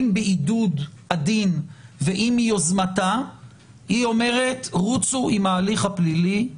אם בעידוד עדין ואם מיוזמתה היא אומרת: רוצו עם ההליך הפלילי.